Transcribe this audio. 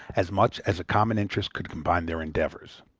as much as a common interest could combine their endeavors.